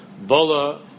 Bola